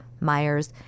myers